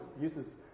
uses